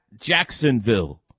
Jacksonville